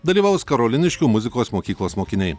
dalyvaus karoliniškių muzikos mokyklos mokiniai